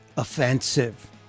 Offensive